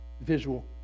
visual